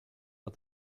but